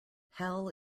hell